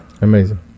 Amazing